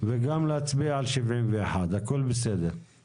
בעצם המטרה של ההסתייגות הזאת היא